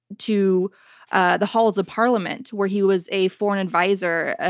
to ah the halls of parliament, where he was a foreign advisor, ah